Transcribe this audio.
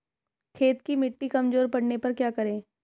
खेत की मिटी कमजोर पड़ने पर क्या करें?